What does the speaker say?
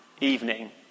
evening